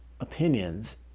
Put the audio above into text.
opinions